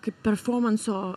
kaip performanso